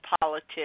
politics